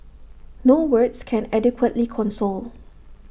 no words can adequately console